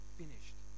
finished